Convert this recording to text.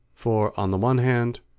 for, on the one hand,